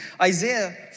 Isaiah